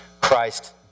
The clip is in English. Christ